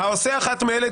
העושה אחת מאלה,